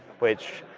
which,